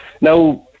Now